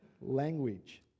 language